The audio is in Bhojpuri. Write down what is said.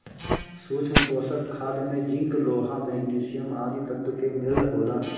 सूक्ष्म पोषक खाद में जिंक, लोहा, मैग्निशियम आदि तत्व के मिलल होला